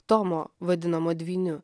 tomo vadinamo dvyniu